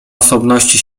osobności